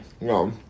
No